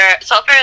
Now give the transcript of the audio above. sulfur